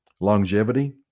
Longevity